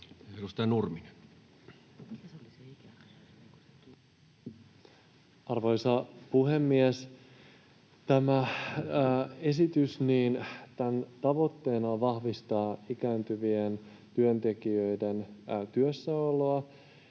Arvoisa puhemies! Tämän esityksen tavoitteena on vahvistaa ikääntyvien työntekijöiden työssäoloa.